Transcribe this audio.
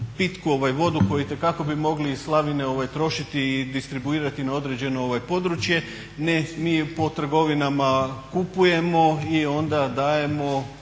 pitku vodu koju itekako bi mogli iz slavine trošiti i distribuirati na određeno područje. Ne, mi je po trgovinama kupujemo i onda dajemo